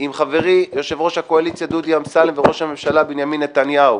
עם חברי יושב-ראש הקואליציה דודי אמסלם וראש הממשלה בנימין נתניהו